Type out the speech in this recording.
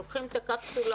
לוקחים את הקפסולה,